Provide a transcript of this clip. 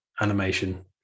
animation